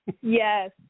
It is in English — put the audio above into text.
Yes